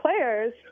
players